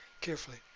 Carefully